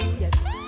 yes